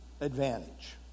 advantage